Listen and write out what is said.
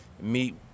meet